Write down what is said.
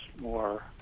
more